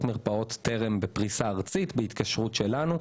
מרפאות טרם בפריסה ארצית בהתקשרות שלנו.